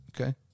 Okay